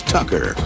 Tucker